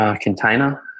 container